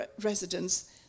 residents